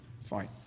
Fine